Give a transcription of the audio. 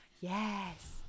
Yes